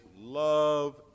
love